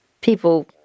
people